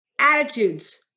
attitudes